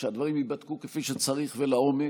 שהדברים ייבדקו כפי שצריך ולעומק.